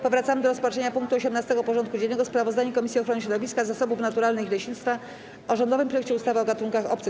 Powracamy do rozpatrzenia punktu 18. porządku dziennego: Sprawozdanie Komisji Ochrony Środowiska, Zasobów Naturalnych i Leśnictwa o rządowym projekcie ustawy o gatunkach obcych.